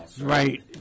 right